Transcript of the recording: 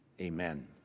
amen